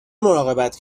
مراقبت